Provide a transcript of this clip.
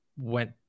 went